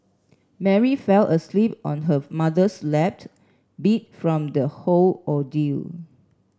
Mary fell asleep on her mother's lap beat from the whole ordeal